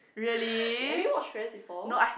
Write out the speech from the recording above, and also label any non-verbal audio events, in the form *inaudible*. *breath* have you watch friends before